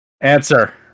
Answer